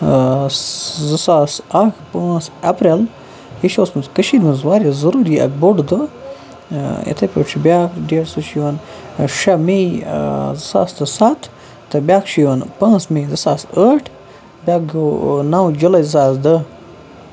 آ زٕ ساس اَکھ پانٛژھ اپریل یہِ چھُ اوسمُت کٔشیٖرِ منٛز واریاہ ضروٗری اَکھ بوٚڈ دۄہ یِتھٕے پٲٹھۍ چھُ بیاکھ ڈیٹ سُہ چھُ یِوان شےٚ مے زٕ ساس تہٕ سَتھ تہٕ بیاکھ چھُ یِوان پانٛژھ مے زٕساس ٲٹھ بیاکھ گوٚو نَو جُلاے زٕ ساس دہ